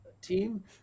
team